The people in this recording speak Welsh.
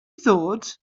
ddod